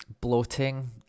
bloating